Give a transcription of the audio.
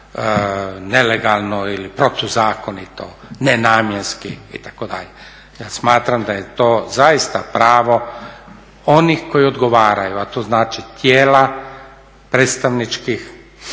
nelegalno ili protuzakonito, nenamjenski itd. Ja smatram da je to zaista pravo onih koji odgovaraju, a to znači tijela, predstavničkih